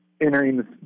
entering